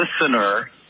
listener